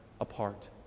apart